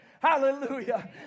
Hallelujah